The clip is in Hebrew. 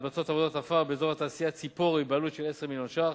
מתבצעות עבודות עפר באזור התעשייה ציפורי בעלות של 10 מיליון שקלים.